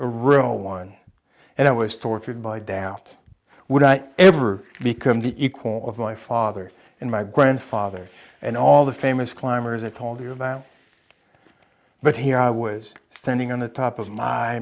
room one and i was tortured by doubt would i ever become the equal of my father and my grandfather and all the famous climbers i told you about but here i was standing on the top of my